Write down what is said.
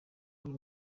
iyi